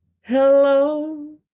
Hello